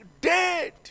dead